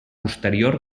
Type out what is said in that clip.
posterior